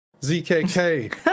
zkk